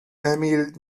emil